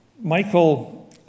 Michael